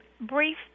brief